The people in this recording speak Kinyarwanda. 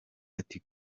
ati